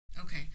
Okay